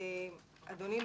אדוני,